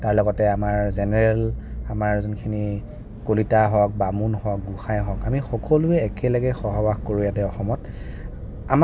তাৰ লগতে আমাৰ জেনেৰেল আমাৰ যোনখিনি কলিতা হওক বামুণ হওক গোসাঁই হওক আমি সকলোৱে একেলগে সহবাস কৰোঁ ইয়াত অসমত